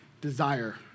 desire